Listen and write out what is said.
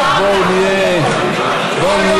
עכשיו בואו נהיה באמת,